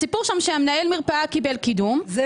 הסיפור הוא שמנהל המרפאה קיבל קידום -- זה